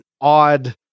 odd